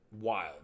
wild